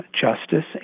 justice